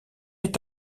est